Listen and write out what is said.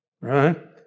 right